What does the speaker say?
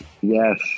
yes